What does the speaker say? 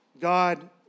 God